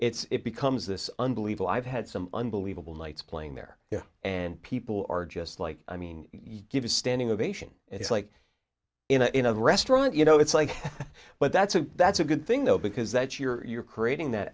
it's it becomes this unbelievable i've had some unbelievable nights playing there yeah and people are just like i mean you give a standing ovation and it's like in a restaurant you know it's like but that's a that's a good thing though because that you're creating that